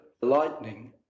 lightning